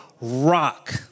rock